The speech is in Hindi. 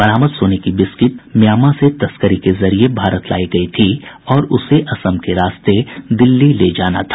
बरामद सोने की बिस्किट म्यांमां से तस्करी के जरिए भारत लाई गई थी और उसे असम के रास्ते दिल्ली ले जाना था